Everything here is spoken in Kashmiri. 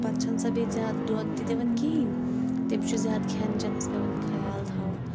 پَتہٕ چھَنہٕ سۄ بیٚیہِ زیاد دۄد تہِ دِوان کِہیٖنٛۍ تٔمِس چھُ زیادٕ کھیٚن چیٚنَس پیٚوان خَیال تھاوُن